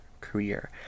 career